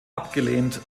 abgelehnt